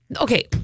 okay